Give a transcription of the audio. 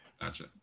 Gotcha